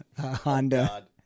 Honda